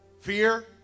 Fear